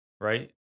right